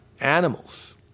animals